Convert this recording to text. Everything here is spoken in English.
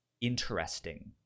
interesting